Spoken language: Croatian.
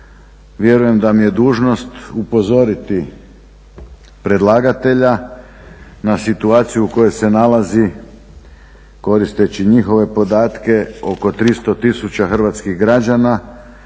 vjerujem da mi je dužnost upozoriti predlagatelja na situaciju u kojoj se nalazi koristeći njihove podatke oko 300 tisuća hrvatskih građana